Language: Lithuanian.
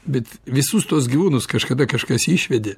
bet visus tuos gyvūnus kažkada kažkas išvedė